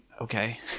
okay